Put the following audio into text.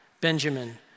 Benjamin